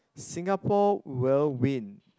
Singapore will win